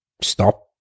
stop